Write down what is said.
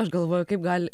aš galvoju kaip gali